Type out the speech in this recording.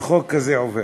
שחוק כזה עובר.